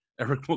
Eric